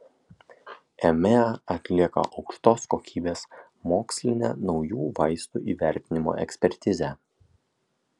emea atlieka aukštos kokybės mokslinę naujų vaistų įvertinimo ekspertizę